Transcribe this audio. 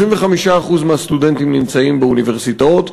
35% מהסטודנטים נמצאים באוניברסיטאות,